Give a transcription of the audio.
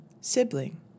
sibling